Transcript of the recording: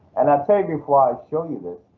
and i tell you before i show you this.